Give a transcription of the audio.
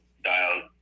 dialed